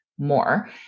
more